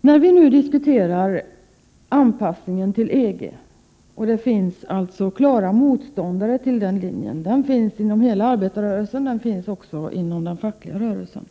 När vi nu diskuterar anpassningen till EG och det alltså finns klara motståndare till den linjen, inom hela arbetarrörelsen och inom den fackliga rörelsen,